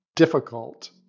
Difficult